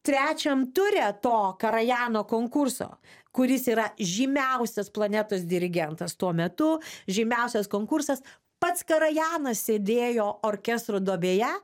trečiam ture to karajano konkurso kuris yra žymiausias planetos dirigentas to metu žymiausias konkursas pats karajanas sėdėjo orkestro duobėje